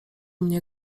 mnie